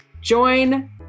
Join